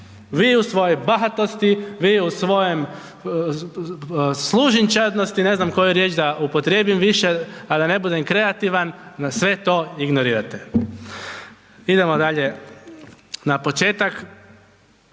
vi u svojoj bahatosti, vi u svojem služenčadnosti, ne znam koju riječ da upotrijebim više a da ne bude a da ne budem kreativan, na sve to ignorirate. Idemo dalje na početak.